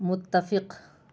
متفق